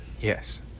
Yes